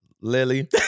Lily